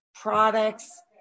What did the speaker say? products